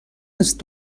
است